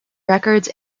records